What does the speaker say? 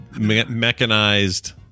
mechanized